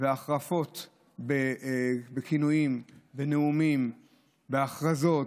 ההחרפות בכינויים בנאומים ובהכרזות,